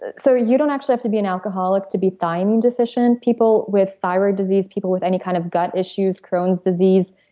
so you don't actually have to be an alcoholic to be thiamine deficient. people with thyroid disease, people with any kind of gut issues, chromes disease,